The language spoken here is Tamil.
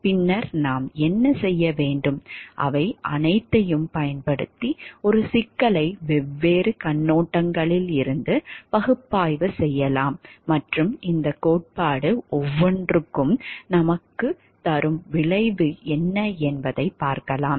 பின்னர் நாம் என்ன செய்ய முடியும் அவை அனைத்தையும் பயன்படுத்தி ஒரு சிக்கலை வெவ்வேறு கண்ணோட்டங்களில் இருந்து பகுப்பாய்வு செய்யலாம் மற்றும் இந்த கோட்பாடு ஒவ்வொன்றும் நமக்குத் தரும் விளைவு என்ன என்பதைப் பார்க்கலாம்